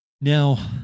Now